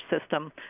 system